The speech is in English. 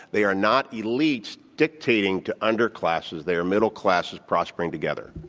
they are not elites dictate and to underclasses, they are middle classes prospering together.